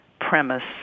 premise